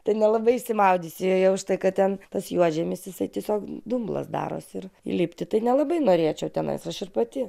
ten nelabai išsimaudysi jau už tai kad ten tas juodžemis jisai tiesiog dumblas darosi ir įlipti tai nelabai norėčiau tenais aš ir pati